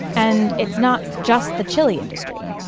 and it's not just the chili industry.